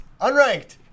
unranked